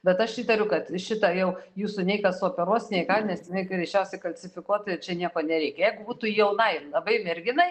bet aš įtariu kad šitą jau jūsų nei kas operuos nei ką nes jinai greičiausiai kalcifikuota ir čia nieko nereikia jeigu būtų jaunai labai merginai